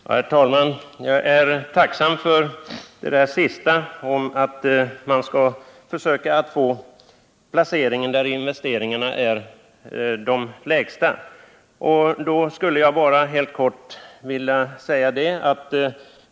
Herr talman! Jag är tacksam för kommunikationsministerns sista yttrande att man skall försöka få placeringen där investeringarna blir de lägsta.